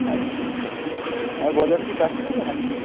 আচ্ছা আচ্ছা আর গজাটা কি টাটকা করবে নাকি